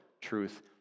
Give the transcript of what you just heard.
truth